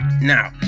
Now